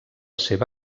seva